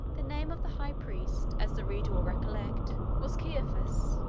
the name of the high-priest, as the reader will recollect, was caiaphas.